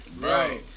Right